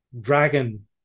dragon